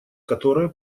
которое